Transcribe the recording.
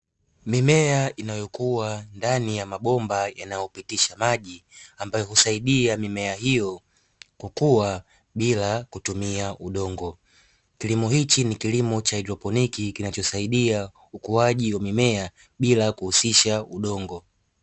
Mimea inayokua ndani ya mabomba yanayopitisha maji, ambayo husaidia mimea hiyo kukua bila kutumia udongo. Kilimo hiki ni kilimo cha kisasa cha haidroponi kinachosaidia ukuaji wa mimea bila kuhusisha udongo.